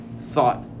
thought